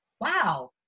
wow